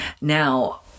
Now